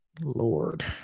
Lord